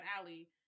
Alley